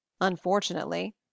unfortunately